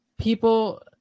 people